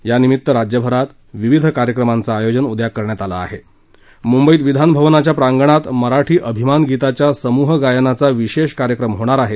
यानिमित्त राज्यभरात विविध कार्यक्रमांचं आयोजन करण्यात आलं आहे मुंबईत विधान भवनाच्या प्रांगणात मराठी अभिमान गीताच्या समूहगायनाचा विशेष कार्यक्रम होणार आहे